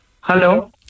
Hello